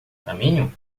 caminho